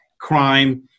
crime